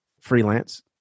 freelance